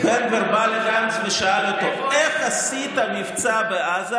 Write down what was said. בן גביר בא לגנץ ושאל אותו: איך עשית מבצע בעזה